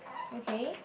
okay